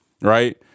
Right